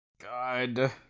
God